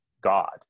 God